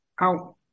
out